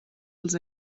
els